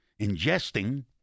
Ingesting